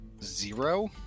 Zero